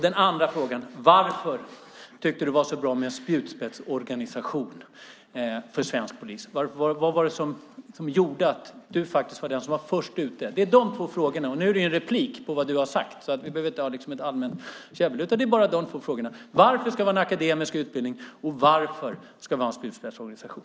Den andra frågan är: Varför tyckte du att det var så bra med en spjutspetsorganisation för svensk polis? Vad var det som gjorde att du faktiskt var den som var först ute med detta? Nu är det en replik med anledning av vad du har sagt. Vi behöver därför inte ha ett allmänt käbbel. Det handlar bara om dessa två frågor. Varför ska vi ha en akademisk utbildning, och varför ska vi ha en spjutspetsorganisation?